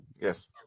Yes